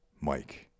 Mike